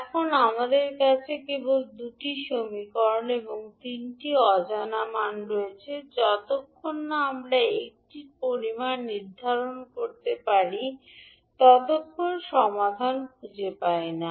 এখন আমাদের কাছে কেবল 2 টি সমীকরণ এবং 3 টি অজানা রয়েছে যতক্ষণ না আমরা একটি পরিমাণ নির্ধারণ না করে আমরা সমাধানটি খুঁজে পাই না